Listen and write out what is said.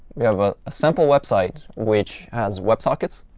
we have ah a sample website which has web sockets.